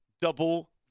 Double